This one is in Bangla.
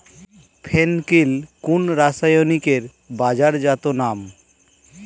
ফেন কিল কোন রাসায়নিকের বাজারজাত নাম?